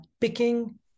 picking